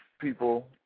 people